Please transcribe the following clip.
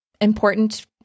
important